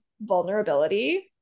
vulnerability